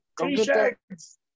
T-shirts